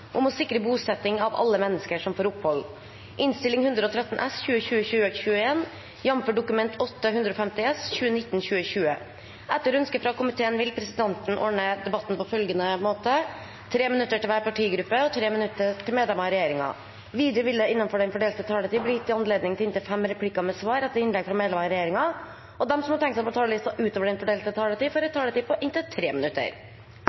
av regjeringen. Videre vil det – innenfor den fordelte taletid – bli gitt anledning til inntil fem replikker med svar etter innlegg fra medlemmer av regjeringen, og de som måtte tegne seg på talerlisten utover den fordelte taletid, får en taletid på inntil 3 minutter.